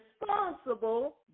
responsible